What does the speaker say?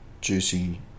juicy